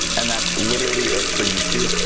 and that's literally it for youtube.